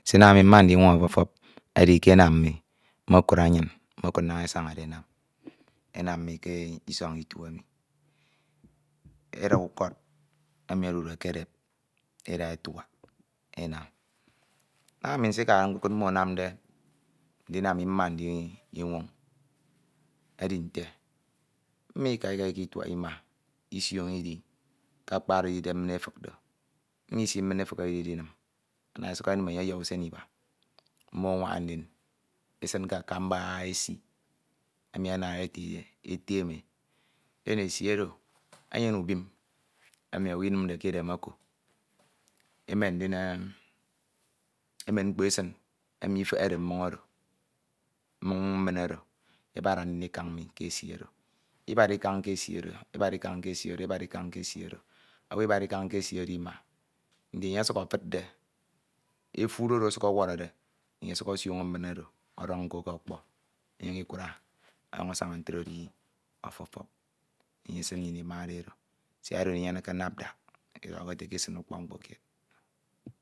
Sinam ami mma ndinwoñ ọfọfọp mmokud anyin edi ke enam mi mmokud anyin mmokud naña esañade enam enam mikisọñ itu emi eda ukọd emi odude ke edep edu etuk naña ami nsikade nkokud naña mmo enamde ndin ami mma ndinwoñ edi nte mmo ika iketuak ima isioño idi ke akpa oro edide mmin efik do, mmo isi mmin efik oro edinim ana esuk enim enye ọyọhọ usen iba mmo anwaña ndin esin ke akamba esi emi anade ete etem den esi oro enyone ubim emi owu inimde ke edem oko emen mkpo esin emi ifehede mmon oro mmon mmin oro ebara ndi ikañ ke esi oro ibara ikañ ke esi oro ebara ikañ ke esi oro ebara ikañ ke esi ori owu ibara ikañ ke esi oro ima nte enye ọsuk efidde, efud oro ọsuk ọwọrọde enye ọsuk osioño mmoñ oro ọdọñ k'ọkpo inyañ ikura onyuñ asaña ntro edi ọfọfọp enyesin nnyin imade edo siak edo inyeneke napdak